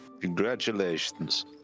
Congratulations